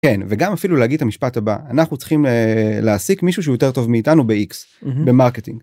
כן, וגם אפילו להגיד את המשפט הבא: אנחנו צריכים אה... להעסיק מישהו שהוא יותר טוב מאיתנו באיקס. במרקטינג.